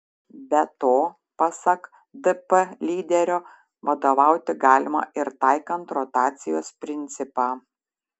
be to pasak dp lyderio vadovauti galima ir taikant rotacijos principą